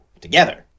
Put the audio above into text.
Together